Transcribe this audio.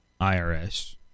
IRS